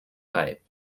pipe